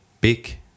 big